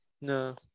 No